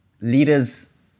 leaders